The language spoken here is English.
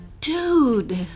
Dude